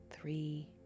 three